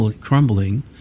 crumbling